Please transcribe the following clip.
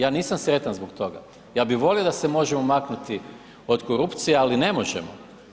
Ja nisam sretan zbog toga, ja bi volio da se možemo maknuti od korupcije, ali ne možemo.